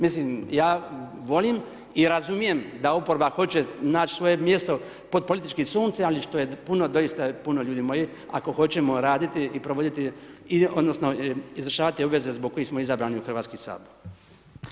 Mislim ja volim i razumijem da oporba hoće naći svoje mjesto pod politikom suncem, ali što je puno, doista je puno ljudi moji ako hoćemo raditi i provoditi, odnosno, izvršavati obveze zbog kojih smo izabrani u Hrvatski sabor.